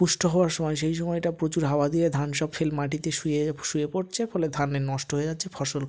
পুষ্ট হওয়ার সময় সেই সময়টা প্রচুর হাওয়া দিয়ে ধান সব ফেল মাটিতে শুয়ে শুয়ে পড়ছে ফলে ধানে নষ্ট হয়ে যাচ্ছে ফসল